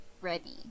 ready